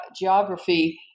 geography